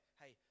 hey